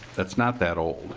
that's not that